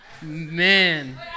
Man